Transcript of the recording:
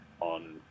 on